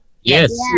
Yes